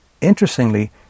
interestingly